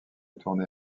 tournée